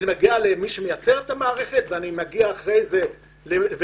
אני מגיע למי שמייצר את המערכת ואני מגיע אחרי זה ולומד